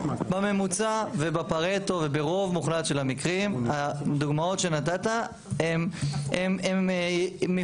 בממוצע ובפרטו וברוב מוחלט של המקרים הדוגמאות שנתת הם מיוחדות.